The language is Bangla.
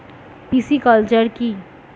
পিসিকালচার কি?